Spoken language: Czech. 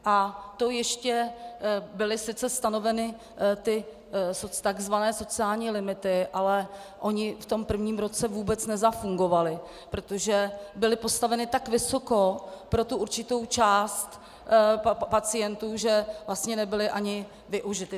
A to ještě byly sice stanoveny ty tzv. sociální limity, ale ony v tom prvním roce vůbec nezafungovaly, protože byly postaveny tak vysoko pro určitou část pacientů, že vlastně nebyly ani využity.